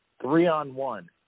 three-on-one